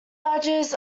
badges